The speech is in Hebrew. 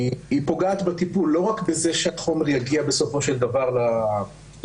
פוגעת בטיפול לא רק בזה שהחומר יגיע בסופו של דבר לפוגע,